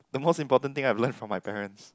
the most important thing I've learn from my parents